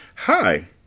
Hi